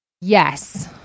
Yes